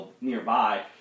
nearby